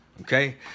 okay